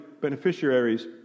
beneficiaries